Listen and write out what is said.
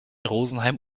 rosenheim